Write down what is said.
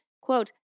quote